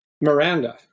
Miranda